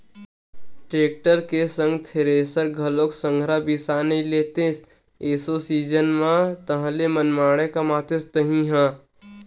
tractor के संग thresher घलोक संघरा बिसा नइ लेतेस एसो सीजन म ताहले मनमाड़े कमातेस तही ह